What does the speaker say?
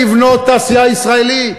לבנות תעשייה ישראלית.